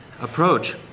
approach